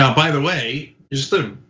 um by the way, just the